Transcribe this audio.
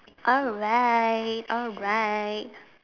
alright alright